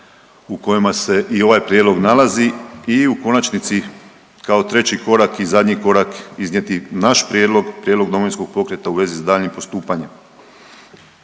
u kojima se i ovaj prijedlog nalazi i u konačnici, kao treći korak i zadnji korak, iznijeti naš prijedlog, prijedlog Domovinskog pokreta u vezi s daljnjem postupanjem.